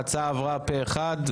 ההצעה עברה פה אחד,